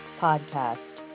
podcast